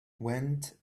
went